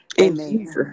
amen